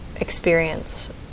experience